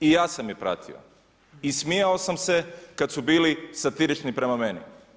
I ja sam je pratio i smijao sam se kad su bili satirični prema meni.